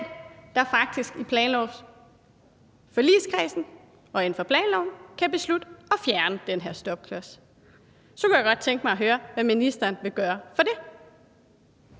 der faktisk i planlovsforligskredsen og inden for planloven kan beslutte at fjerne den her stopklods, kunne jeg derfor godt tænke mig at høre, hvad ministeren vil gøre for det.